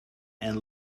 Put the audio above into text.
and